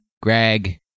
Greg